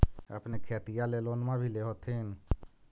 अपने खेतिया ले लोनमा भी ले होत्थिन?